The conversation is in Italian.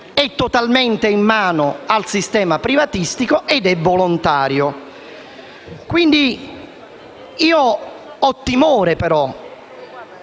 è totalmente in mano al sistema privatistico ed è volontario.